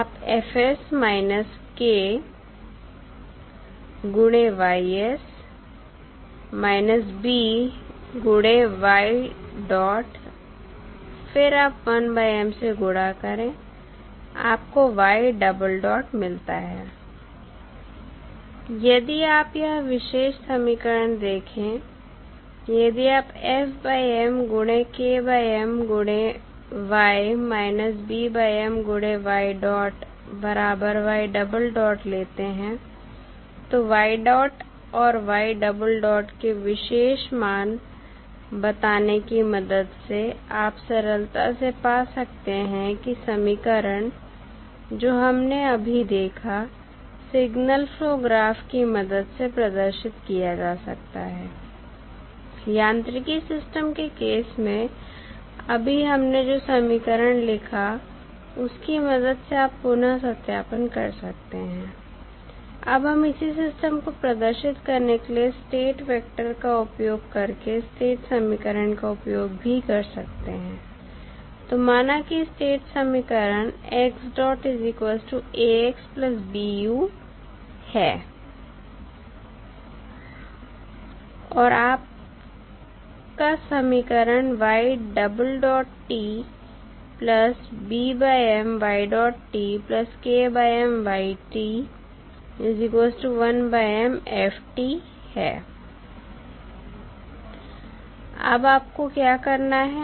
आप f K गुणे y B गुणे y डॉट फिर आप 1 M से गुणा करें आप को y डबल डॉट मिलता है यदि आप यह विशेष समीकरण देखें यदि आप f M गुणे KM गुणे y BM गुणे y डॉट बराबर y डबल डॉट लेते हैं तो y डॉट और y डबल डॉट के विशेष मान बताने की मदद से आप सरलता से पा सकते हैं कि समीकरण जो हमने अभी देखा सिगनल फ्लो ग्राफ की मदद से प्रदर्शित किया जा सकता है यांत्रिकी सिस्टम के केस में अभी हमने जो समीकरण लिखा उसकी मदद से आप पुनः सत्यापन कर सकते हैं अब हम इसी सिस्टम को प्रदर्शित करने के लिए स्टेट वेक्टर का उपयोग करके स्टेट समीकरण का उपयोग भी कर सकते हैं तो माना कि स्टेट समीकरण है और आप का समीकरण है अब आपको क्या करना है